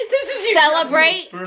Celebrate